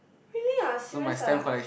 really ah serious ah